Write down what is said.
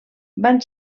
van